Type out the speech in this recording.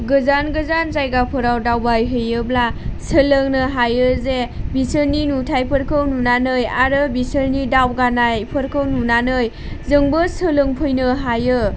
गोजान गोजान जायगाफोराव दावबाय हैयोब्ला सोलोंनो हायोजे बिसोरनि नुथायफोरखौ नुनानै आरो बिसोरनि दावगानायफोरखौ नुनानै जोंबो सोलोंफैनो हायो